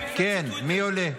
מי עולה?